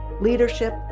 leadership